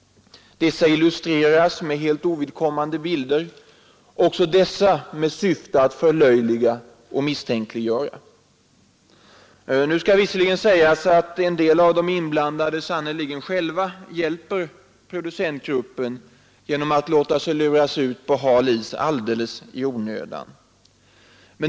Dessa illustreras med helt ovidkommande bilder, också dessa med syfte att förlöjliga och misstänkliggöra. Nu skall det sägas att en del av de inblandade sannerligen själva hjälper producentgruppen genom att låta sig luras ut på hal is alldeles i onödan.